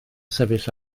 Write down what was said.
sefyll